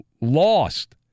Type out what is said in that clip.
lost